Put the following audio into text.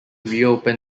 reopen